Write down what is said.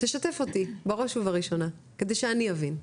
אני רוצה שתשתף אותי בראש ובראשונה כדי שאני אבין.